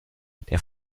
der